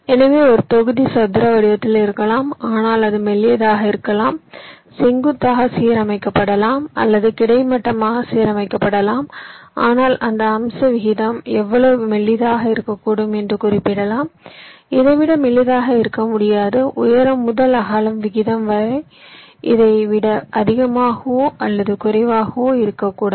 எனவே ஒரு தொகுதி சதுர வடிவத்தில் இருக்கலாம் ஆனால் அது மெல்லியதாக இருக்கலாம் செங்குத்தாக சீரமைக்கப்படலாம் அல்லது கிடைமட்டமாக சீரமைக்கப்படலாம் ஆனால் அந்த அம்ச விகிதம் எவ்வளவு மெல்லியதாக இருக்கக்கூடும் என்று குறிப்பிடலாம் இதை விட மெல்லியதாக இருக்க முடியாது உயரம் முதல் அகலம் விகிதம் இதை விட அதிகமாகவோ அல்லது குறைவாகவோ இருக்கக்கூடாது